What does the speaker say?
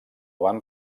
van